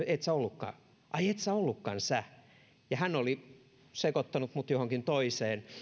et se ollutkaan sä hän oli sekoittanut minut johonkin toiseen